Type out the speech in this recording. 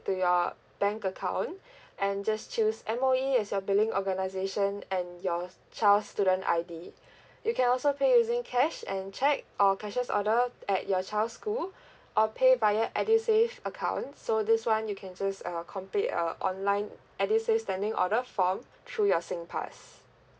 to your bank account and just choose M_O_E as your billing organisation and your child's student I_D you can also pay using cash and cheque or cashier's order at your child's school or pay via edusave account so this [one] you can just uh complete uh online edusave standing order form through your singpass